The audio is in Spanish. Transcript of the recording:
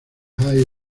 high